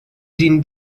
din